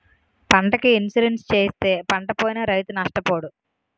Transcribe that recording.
పంటకి ఇన్సూరెన్సు చేయిస్తే పంటపోయినా రైతు నష్టపోడు